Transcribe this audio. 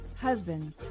husband